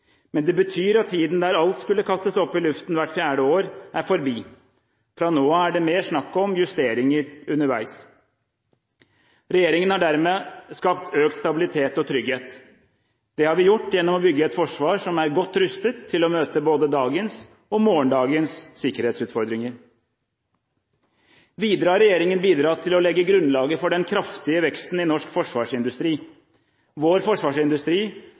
men det betyr at tiden da alt skulle kastes opp i luften hvert fjerde år, er forbi. Fra nå av er det mer snakk om justeringer underveis. Regjeringen har dermed skapt økt stabilitet og trygghet. Det har vi gjort gjennom å bygge et forsvar som er godt rustet til å møte både dagens og morgendagens sikkerhetsutfordringer. Videre har regjeringen bidratt til å legge grunnlaget for den kraftige veksten i norsk forsvarsindustri. Vår forsvarsindustri